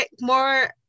more